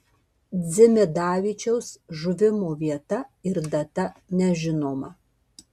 dzimidavičiaus žuvimo vieta ir data nežinoma